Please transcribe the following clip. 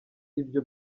ibyo